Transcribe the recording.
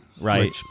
Right